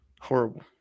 Horrible